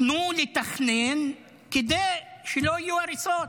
תנו לתכנן כדי שלא יהיו הריסות.